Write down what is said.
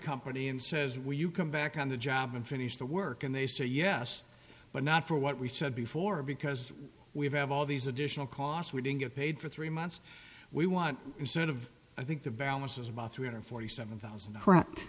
company and says will you come back on the job and finish the work and they say yes but not for what we said before because we have all these additional costs we didn't get paid for three months we want to sort of i think the balance is about three hundred forty seven thousand